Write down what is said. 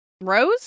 Rose